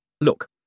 Look